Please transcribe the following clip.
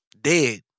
Dead